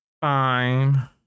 Fine